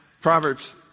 Proverbs